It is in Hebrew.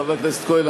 חבר הכנסת כהן,